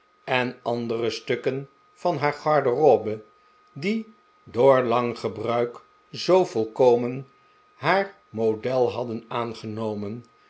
en andere stukken van haar garderobe die door lang gebruik zoo volkomen haar model hadden aangenomen